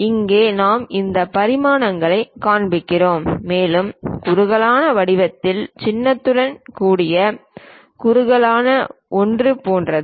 இங்கே நாம் இந்த பரிமாணங்களைக் காண்பிக்கிறோம் மேலும் குறுகலான வடிவத்தின் சின்னத்துடன் கூடிய குறுகலான ஒன்று போன்றது